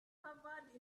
covered